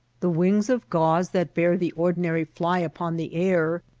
the wings of gauze that bear the ordinary fly upon the air,